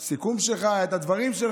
את הדברים שלך.